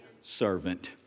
servant